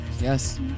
Yes